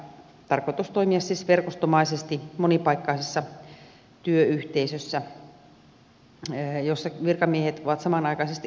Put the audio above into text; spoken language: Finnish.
tarkoitus on toimia siis verkostomaisesti monipaikkaisessa työyhteisössä jossa virkamiehet ovat samanaikaisesti useassa eri yksikössä